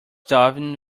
darwin